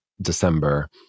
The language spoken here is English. December